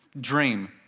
dream